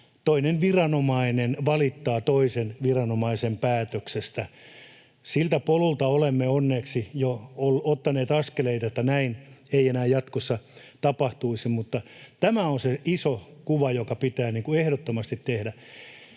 toinen viranomainen valittaa toisen viranomaisen päätöksestä. Siltä polulta olemme onneksi jo ottaneet askeleita, että näin ei enää jatkossa tapahtuisi, mutta tämä on se iso kuva, joka pitää ehdottomasti tehdä.